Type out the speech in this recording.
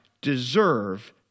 deserve